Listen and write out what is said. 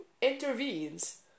intervenes